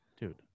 dude